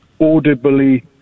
audibly